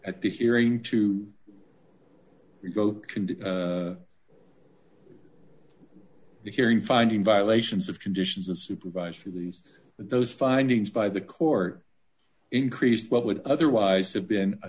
at the hearing to revoke can do the hearing finding violations of conditions of supervised for these those findings by the court increased what would otherwise have been a